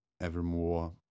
Evermore